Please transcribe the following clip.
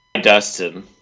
Dustin